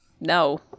no